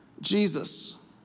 Jesus